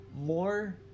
more